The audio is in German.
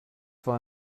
war